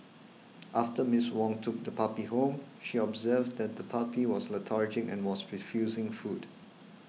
after Miss Wong took the puppy home she observed that the puppy was lethargic and was refusing food